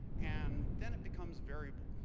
and then it becomes variable.